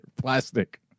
plastic